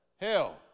hell